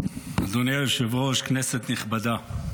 אדוני היושב-ראש, כנסת נכבדה,